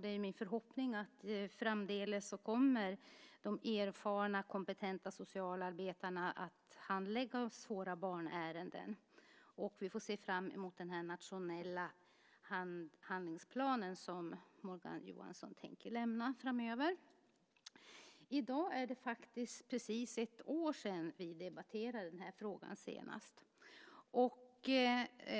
Det är min förhoppning att de erfarna och kompetenta socialarbetarna framdeles kommer att handlägga svåra barnärenden. Vi får se fram emot den nationella handlingsplan som Morgan Johansson framöver tänker avlämna. I dag är det faktiskt precis ett år sedan vi senast debatterade den här frågan. Också